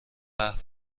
قهر